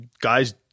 guys